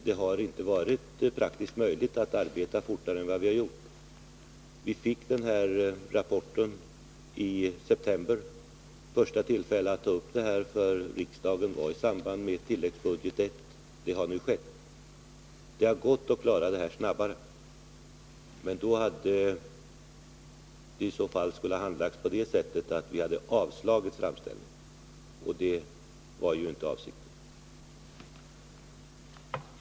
Det har inte varit praktiskt möjligt att arbeta fortare än vad som skett. Vi fick rapporten i september. Första tillfället att ta upp frågan i riksdagen var i samband med behandlingen av tilläggsbudget I, vilket också skett. Det hade gått att göra det här fortare, men då hade vi varit tvungna att avslå framställningen — och det var ju inte avsikten.